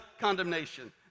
condemnation